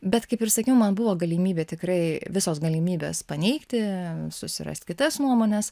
bet kaip ir sakiau man buvo galimybė tikrai visos galimybės paneigti susirast kitas nuomones